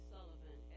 Sullivan